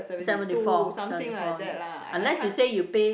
seventy four seventy four unless you say you pay